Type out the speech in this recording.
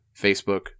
Facebook